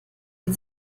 die